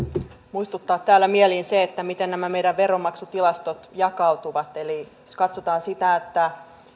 muistuttaa täällä mieliin se miten nämä meidän veronmaksutilastot jakautuvat eli jos katsotaan sitä